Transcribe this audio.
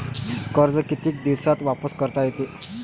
कर्ज कितीक दिवसात वापस करता येते?